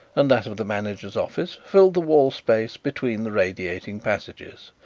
and that of the manager's office, filled the wall-space between the radiating passages.